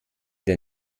der